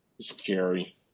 Scary